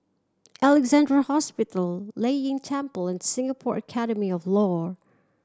Alexandra Hospital Lei Yin Temple and Singapore Academy of Law